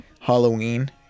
Halloween